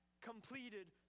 completed